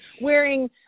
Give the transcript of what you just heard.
wearing